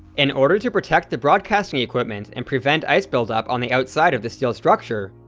in order to protect the broadcasting equipment and prevent ice build-up on the outside of the steel structure,